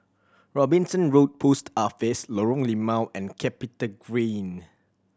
Robinson Road Post Office Lorong Limau and CapitaGreen